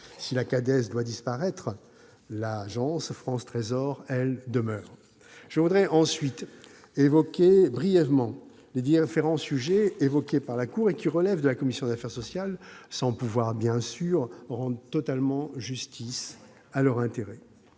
la CADES, doit disparaître, l'Agence France Trésor, elle, demeure ... Je voudrais ensuite évoquer brièvement les différents sujets abordés par la Cour des comptes relevant de la commission des affaires sociales, sans pouvoir bien sûr rendre totalement justice à leur intérêt.